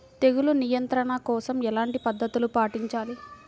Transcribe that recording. తెగులు నియంత్రణ కోసం ఎలాంటి పద్ధతులు పాటించాలి?